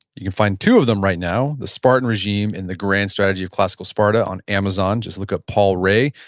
you can find two of them right now, the spartan regime and the grand strategy of classical sparta on amazon. just look at paul rahe,